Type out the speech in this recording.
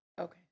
Okay